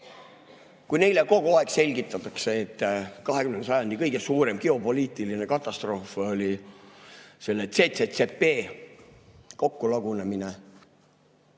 Neile kogu aeg selgitatakse, et 20. sajandi kõige suurem geopoliitiline katastroof oli selle CCCP kokkukukkumine